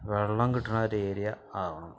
വെള്ളം കിട്ടുന്നൊരേര്യ ആവണം